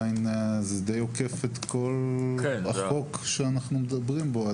זה די עוקף את כל החוק שאנחנו מדברים בו.